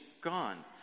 gone